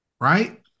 Right